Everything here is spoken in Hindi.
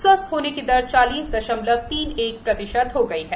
स्वस्थ होने की दर चालीस दशमलव तीन एक प्रतिशत हो गई है